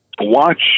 watch